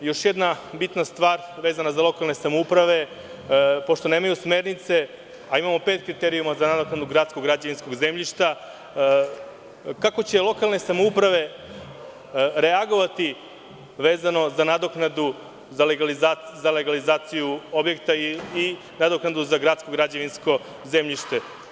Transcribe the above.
Još jedna bitna stvar vezana za lokalne samouprave, pošto nemaju smernice, a imamo pet kriterijuma za nadoknadu gradskog građevinskog zemljišta, kako će lokalne samouprave reagovati, vezano za nadoknadu za legalizaciju objekta i nadoknadu za gradsko građevinsko zemljište?